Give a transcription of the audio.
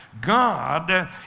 God